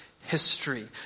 history